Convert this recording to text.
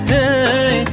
day